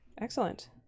Excellent